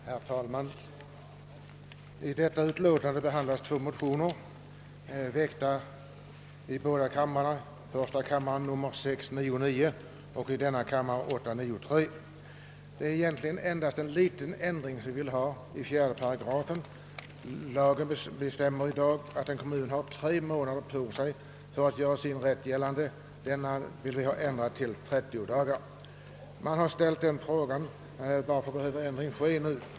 Herr talman! I föreliggande utlåtande behandlas två motioner, I:699 och 11: 893. Motionärerna vill endast ha en liten ändring av 4 8. Lagen föreskriver nu att en kommun har tre månaders tidsfrist att göra sin rätt gällande. Vi vill ha denna tid ändrad till 30 dagar. Det har frågats varför man behöver ändra nu.